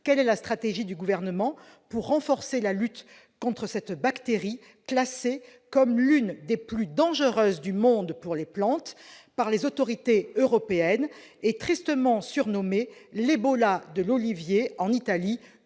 quelle est la stratégie du Gouvernement pour renforcer la lutte contre cette bactérie classée comme l'une « l'une des plus dangereuses au monde pour les plantes » par les autorités européennes et tristement surnommée l'« ebola de l'olivier » en Italie,